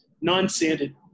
non-sanded